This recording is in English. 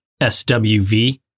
SWV